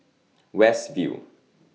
West View